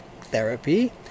therapy